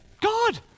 God